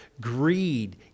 greed